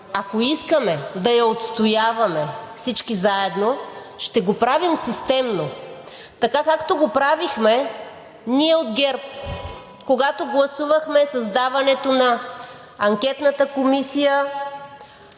ако искаме да я отстояваме всички заедно, ще го правим системно – така, както го правихме ние от ГЕРБ, когато гласувахме създаването на анкетната комисия,